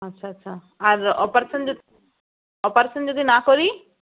আচ্ছা আচ্ছা আর অপারেশন অপারেশন যদি না করি